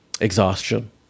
exhaustion